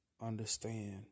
understand